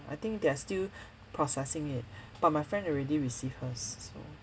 I think they're still processing it but my friend already receive hers so